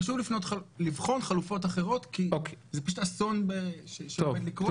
חשוב לבחון חלופות אחרות כי זה פשוט אסון שעומד לקרות.